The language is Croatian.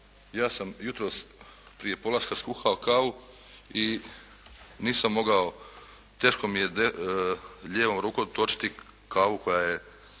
ja sam jutros prije polaska skuhao kavu i nisam mogao, teško mi je lijevom rukom točiti kavu koja je